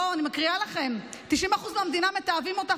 אני מקריאה לכם: 90% מהמדינה מתעבים אותך,